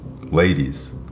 ladies